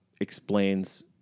Explains